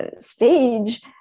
stage